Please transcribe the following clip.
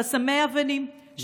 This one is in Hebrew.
חסמי אבנים,